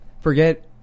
Forget